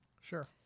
Sure